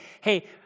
hey